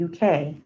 UK